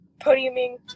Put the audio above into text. podiuming